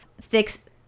fix